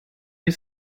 you